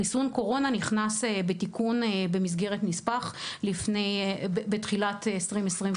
חיסון קורונה נכנס בתיקון במסגרת נספח בתחילת 2021,